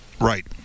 Right